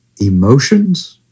emotions